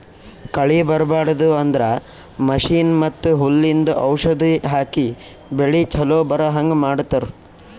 ಕಳಿ ಬರ್ಬಾಡದು ಅಂದ್ರ ಮಷೀನ್ ಮತ್ತ್ ಹುಲ್ಲಿಂದು ಔಷಧ್ ಹಾಕಿ ಬೆಳಿ ಚೊಲೋ ಬರಹಂಗ್ ಮಾಡತ್ತರ್